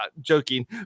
joking